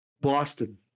Boston